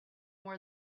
more